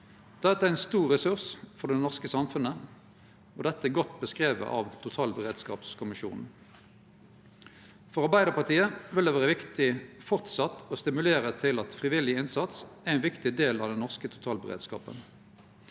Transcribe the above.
Dette er ein stor ressurs for det norske samfunnet, og det er godt beskrive av totalberedskapskommisjonen. For Arbeidarpartiet vil det framleis vere viktig å stimulere til at frivillig innsats er ein viktig del av den norske totalberedskapen.